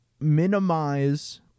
minimize